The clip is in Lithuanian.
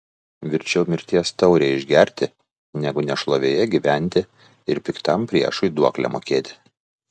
verčiau mirties taurę išgerti negu nešlovėje gyventi ir piktam priešui duoklę mokėti